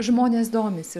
žmonės domisi